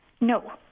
No